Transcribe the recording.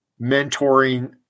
mentoring